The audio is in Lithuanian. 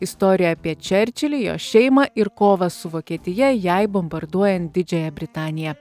istorija apie čerčilį jo šeimą ir kovą su vokietija jai bombarduojan didžiąją britaniją